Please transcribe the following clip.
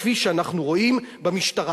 כפי שאנחנו רואים במשטרה.